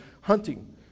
hunting